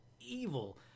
evil